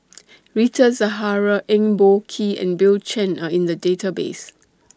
Rita Zahara Eng Boh Kee and Bill Chen Are in The Database